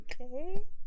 Okay